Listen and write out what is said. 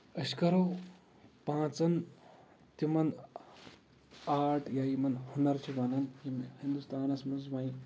أسۍ کَرو پانٛژن تِمن آرٹ یا یِمن ہُنر چھِ وَنان یِم ہِندُستانَس منٛز وۄنۍ